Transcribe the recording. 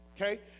Okay